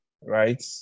right